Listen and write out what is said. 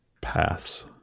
pass